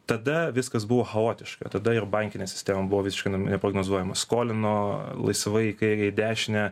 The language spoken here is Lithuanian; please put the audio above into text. tada viskas buvo chaotiška tada ir bankinė sistema buvo visiška neprognozuojama skolino laisvai į kairę į dešinę